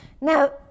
Now